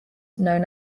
known